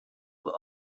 were